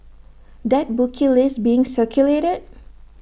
that bookie list being circulated